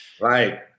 Right